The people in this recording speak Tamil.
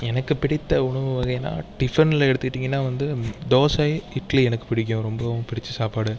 எனக்கு பிடித்த உணவு வகைன்னா டிஃபனில் எடுத்துக்கிட்டீங்கன்னா வந்து தோசை இட்லி எனக்கு பிடிக்கும் ரொம்பவும் பிடித்த சாப்பாடு